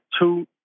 two